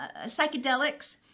psychedelics